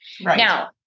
Now